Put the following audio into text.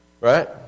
Right